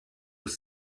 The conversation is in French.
aux